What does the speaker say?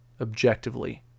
objectively